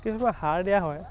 কিছুমান সাৰ দিয়া হয়